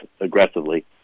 aggressively